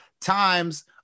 times